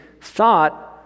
thought